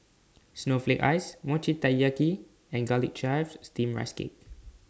Snowflake Ice Mochi Taiyaki and Garlic Chives Steamed Rice Cake